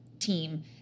team